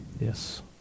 Yes